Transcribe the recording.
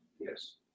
Yes